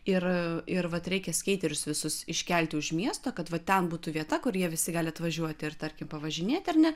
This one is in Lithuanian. ir ir vat reikia skeiterius visus iškelti už miesto kad va ten būtų vieta kur jie visi gali atvažiuoti ir tarkim pavažinėti ar ne